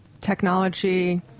technology